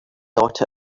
thought